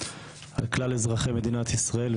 על כלל אזרחי מדינת ישראל,